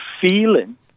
feeling